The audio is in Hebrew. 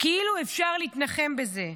כאילו אפשר להתנחם בזה.